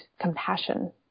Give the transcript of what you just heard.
compassion